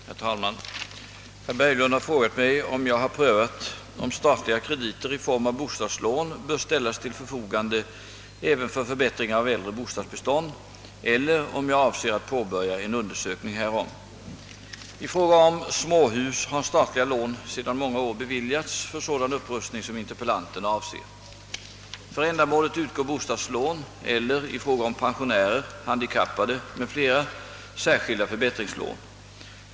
Herr talman! Herr Berglund har frågat mig om jag har prövat om statliga krediter i form av bostadslån bör ställas till förfogande även för förbättringar av äldre bostadsbestånd eller om jag avser att påbörja en undersökning härom. I fråga om småhus har statliga lån sedan många år beviljats för sådan upprustning som interpellanten avser. För ändamålet utgår bostadslån eller, i fråga om pensionärer, handikappade m.fl., särskilda förbättringslån.